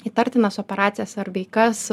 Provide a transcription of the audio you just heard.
įtartinas operacijas ar veikas